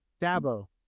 Dabo